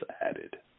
added